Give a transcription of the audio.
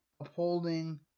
upholding